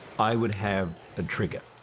i would have a trigger.